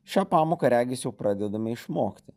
šią pamoką regis jau pradedame išmokti